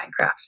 Minecraft